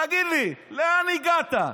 תגיד לי, לאן הגעת?